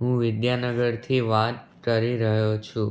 હું વિદ્યાનગરથી વાત કરી રહ્યો છું